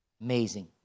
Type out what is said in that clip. Amazing